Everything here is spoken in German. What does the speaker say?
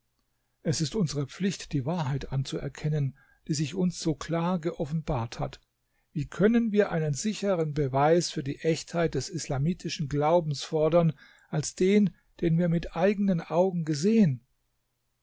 es ist unsere pflicht die wahrheit anzuerkennen die sich uns so klar geoffenbart hat wie können wir einen sichereren beweis für die echtheit des islamitischen glaubens fordern als den den wir mit eigenen augen gesehen